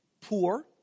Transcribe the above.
poor